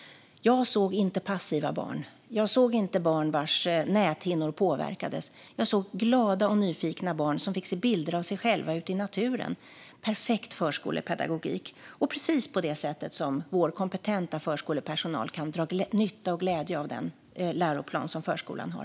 Jag såg inte passiva barn. Jag såg inte barn vars näthinnor påverkades. Jag såg glada och nyfikna barn som fick se bilder av sig själva ute i naturen. Det var perfekt förskolepedagogik. Det är precis på det sättet som vår kompetenta förskolepersonal kan dra nytta och glädje av den läroplan som förskolan har.